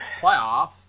Playoffs